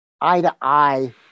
eye-to-eye